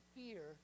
fear